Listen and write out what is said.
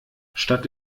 statt